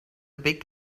big